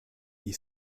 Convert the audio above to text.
die